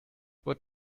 what